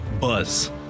buzz